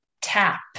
tap